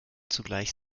zugleich